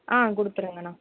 ஆ கொடுத்துருங்கண்ணா